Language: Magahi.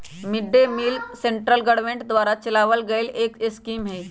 mid day meal scheme central government द्वारा चलावल गईल एक स्कीम हई